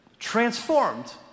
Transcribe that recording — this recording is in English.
Transformed